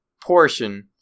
portion